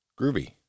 Groovy